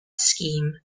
scheme